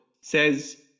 says